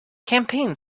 campaign